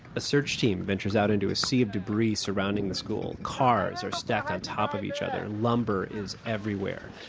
a search team ventures out into a sea of debris surrounding the school. cars are stacked on top of each other. lumber is everywhere.